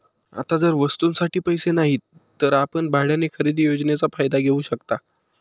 आता जर वस्तूंसाठी पैसे नाहीत तर आपण भाड्याने खरेदी योजनेचा फायदा घेऊ शकता